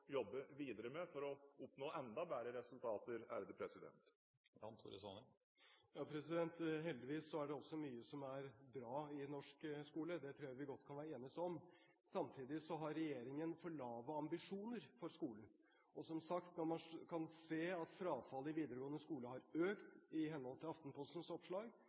jobbe videre med for å oppnå enda bedre resultater. Heldigvis er det også mye som er bra i norsk skole. Det tror jeg godt vi kan enes om. Samtidig har regjeringen for lave ambisjoner for skolen. Som sagt: Når man kan se at frafallet i videregående skole har økt, i henhold til Aftenpostens oppslag,